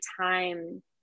time